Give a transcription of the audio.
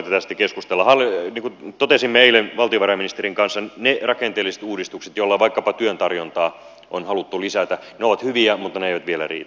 niin kuin totesimme eilen valtiovarainministerin kanssa ne rakenteelliset uudistukset joilla vaikkapa työn tarjontaa on haluttu lisätä ovat hyviä mutta ne eivät vielä riitä